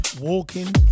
walking